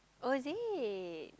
oh is it